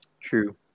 True